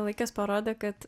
laikas parodė kad